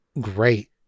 great